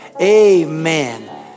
amen